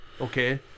okay